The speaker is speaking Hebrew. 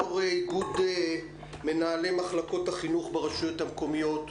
יו"ר איגוד מנהלי מחלקות החינוך ברשויות המקומיות.